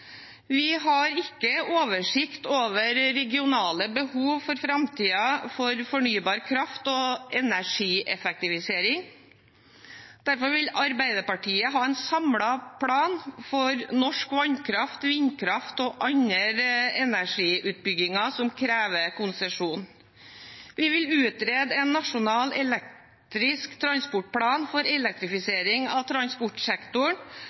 Vi har ikke oversikt over regionale behov for framtiden for fornybar kraft og energieffektivisering. Derfor vil Arbeiderpartiet ha en samlet plan for norsk vannkraft, vindkraft og andre energiutbygginger som krever konsesjon. Vi vil utrede en nasjonal transportplan for elektrifisering av transportsektoren